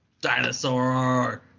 Dinosaur